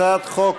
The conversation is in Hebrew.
הצעת חוק